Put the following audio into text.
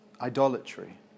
idolatry